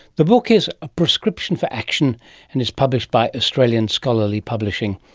the book is a prescription for action and is published by australian scholarly publishing.